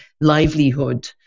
livelihood